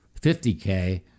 50K